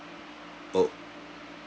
oh